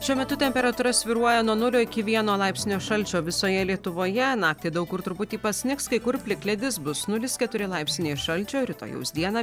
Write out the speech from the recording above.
šiuo metu temperatūra svyruoja nuo nulio iki vieno laipsnio šalčio visoje lietuvoje naktį daug kur truputį pasnigs kai kur plikledis bus nulis keturi laipsniai šalčio rytojaus dieną